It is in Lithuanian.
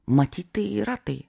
matyt tai yra tai